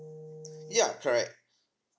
yeah correct